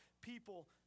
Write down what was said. people